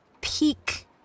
peak